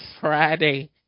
Friday